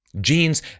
genes